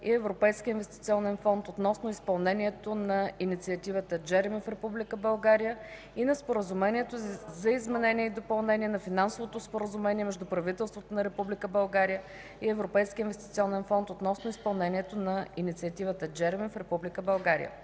и Европейския инвестиционен фонд относно изпълнението на Инициативата JEREMIE в Република България и на Споразумението за изменение и допълнение на Финансовото споразумение между правителството на Република България и Европейския инвестиционен фонд относно изпълнението на Инициативата JEREMIE в Република България